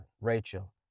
Rachel